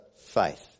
faith